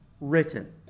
written